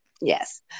Yes